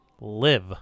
live